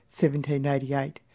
1788